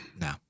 No